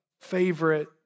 favorite